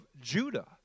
Judah